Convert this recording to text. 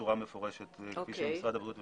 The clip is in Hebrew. בצורה מפורשת כפי שמשרד הבריאות מבקש.